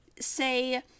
say